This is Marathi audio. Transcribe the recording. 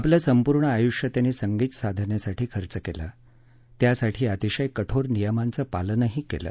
आपलं संपूर्ण आयुष्य त्यांनी संगीतसाधनेसाठी खर्च केलं आणि त्यासाठी अतिशय कठोर नियमांचं पालन केलं